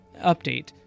Update